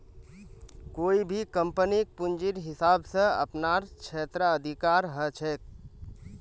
कोई भी कम्पनीक पूंजीर हिसाब स अपनार क्षेत्राधिकार ह छेक